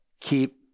keep